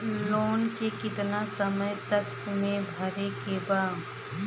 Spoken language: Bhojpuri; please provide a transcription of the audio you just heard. लोन के कितना समय तक मे भरे के बा?